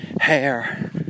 hair